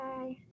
bye